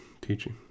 teaching